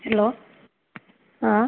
hello ହଁ